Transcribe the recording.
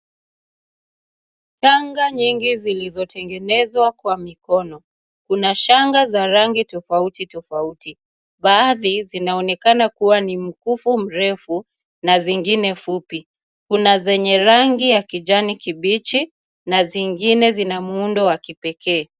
Shanga nyingi zilizotengenezwa kwa mikono, kuna shanga za rangi tofauti tofauti baadhi zinaonekana kuwa ni mkufu mrefu na zingine fupi. Kuna zenye rangi ya kijani kibichi na zingine zina muundo wa kipekee.